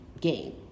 game